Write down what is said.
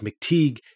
McTeague